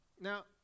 Now